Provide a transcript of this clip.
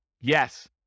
Yes